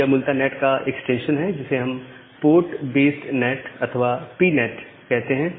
यह मूलतः नैट का एक्सटेंशन है जिसे हम पोर्ट बेस्ड नैट अथवा पीनैट कहते हैं